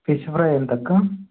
fish fry ఎంత అక్క